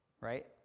Right